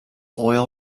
oil